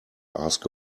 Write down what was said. ask